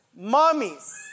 mommies